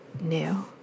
new